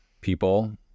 people